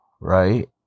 right